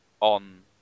on